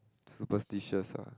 superstitious ah